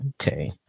okay